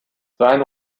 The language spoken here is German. sein